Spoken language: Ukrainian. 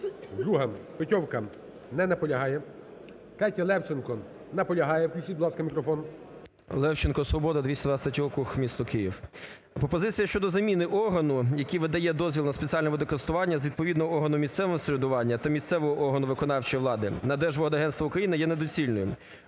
2-га, Петьовка. Не наполягає. 3-тя, Левченко. Наполягає. Включіть, будь ласка, мікрофон. 11:48:28 ЛЕВЧЕНКО Ю.В. Левченко, "Свобода", 223 округ, місто Київ. Пропозиція щодо заміни органу, який видає дозвіл на спеціальне водокористування з відповідного органу місцевого самоврядування та місцевого органу виконавчої влади на Держводагентство є недоцільним,